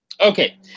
Okay